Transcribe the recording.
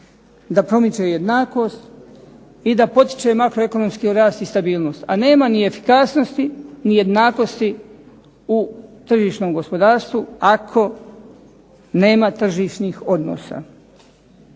da promiče jednakost i da potiče makroekonomski rast i stabilnost, a nema ni efikasnosti ni jednakosti u tržišnom gospodarstvu ako nema tržišnih odnosa.